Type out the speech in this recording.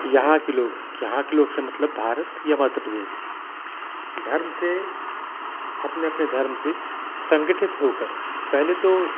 यहाँ के लोग यहाँ के लोग से मतलब भारत या मध्य प्रदेश धर्म से अपने अपने धर्म से संगठित हो कर पहले तो